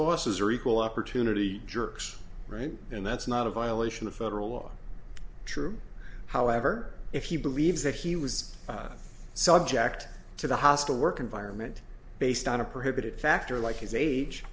bosses are equal opportunity jerks right and that's not a violation of federal law true however if he believes that he was subject to the hostile work environment based on a prohibited factor like his age